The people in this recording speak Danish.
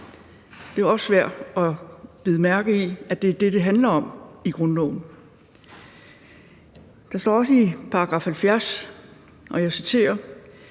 det er også værd at bide mærke i, at det er det, som det handler om i grundloven. Der står også i § 70, og jeg citerer: